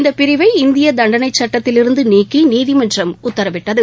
இந்த பிரிவை இந்திய தண்டனைச் சட்டத்திலிருந்து நீக்கி நீதிமன்றம் உத்தரவிட்டது